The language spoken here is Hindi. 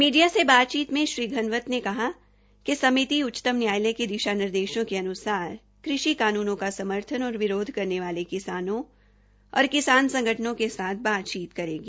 मीडिया से बातचीत में श्री घनवत ने कहा कि समिति उच्चतम न्यायालय के दिशा निर्देशों के अनुसार कृषि कानूनों के समर्थन और विरोध करने वाले किसानों और किसान संगठनों के साथ बातचीत करेगी